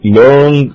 long